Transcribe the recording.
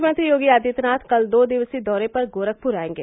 मुख्यमंत्री योगी आदित्यनाथ कल दो दिवसीय दौरे पर गोरखपुर आएंगे